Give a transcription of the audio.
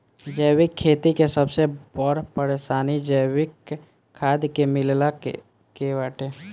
जैविक खेती के सबसे बड़ परेशानी जैविक खाद के मिलला के बाटे